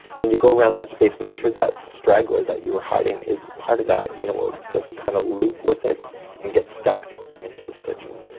when you go around that space make sure that straggler that you are hiding is part of that and it will just kinda kind of loop with it and get stuck into the stitching.